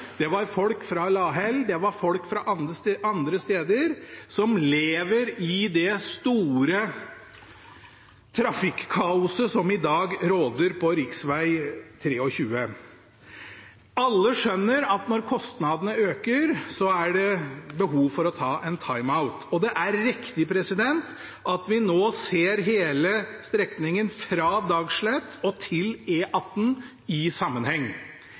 Der var det svært stor utålmodighet. Det var folk fra Lahell, det var folk fra andre steder som lever i det store trafikkaoset som i dag råder på rv. 23. Alle skjønner at når kostnadene øker, er det behov for å ta en timeout. Det er riktig at vi ser hele strekningen fra Dagslett og til E18 i sammenheng,